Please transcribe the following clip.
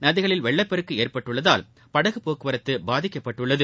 நதிகளில் வெள்ளப்பெருக்கு ஏற்பட்டுள்ளதால் படகு போக்குவரத்து பாதிக்கப்பட்டுள்ளது